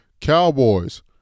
Cowboys